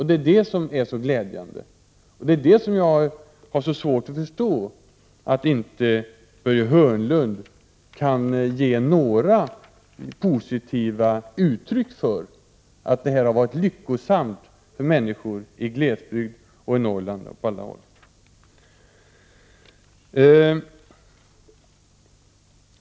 Det är detta som är så glädjande, och jag har svårt att förstå att Börje Hörnlund inte kan ge några positiva omdömen, att det här har varit lyckosamt för människor i glesbygd, i Norrland och på andra håll.